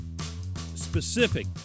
specific